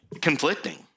conflicting